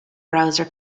browser